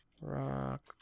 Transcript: Rock